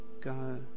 go